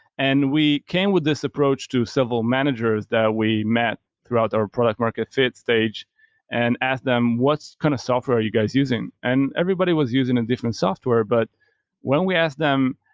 and we came this approach to civil managers that we met throughout our product market fit stage and asked them what kind of software are you guys using? and everybody was using a different software. but when we asked them,